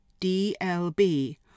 DLB